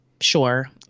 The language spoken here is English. sure